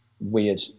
weird